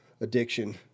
addiction